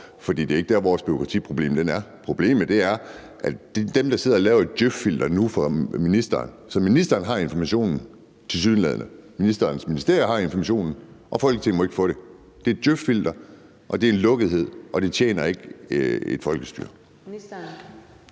for det er ikke der, vores bureaukratiproblem er. Problemet er dem, der sidder og laver et djøf-filter nu for ministeren. Ministeren har tilsyneladende informationen, ministerens ministerie har informationen, og Folketinget må ikke få den. Det er et djøf-filter, det er lukkethed, og det tjener ikke et folkestyre.